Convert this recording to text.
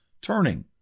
turning